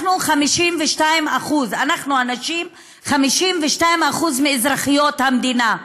אנחנו הנשים 52% מאזרחי המדינה,